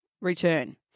return